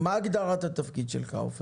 מה הגדרות התפקיד שלך, עופר?